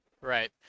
Right